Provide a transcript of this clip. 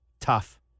Tough